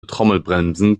trommelbremsen